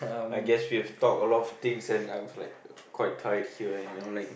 I guess we have talk a lot of things and I was like quite tired here and you know like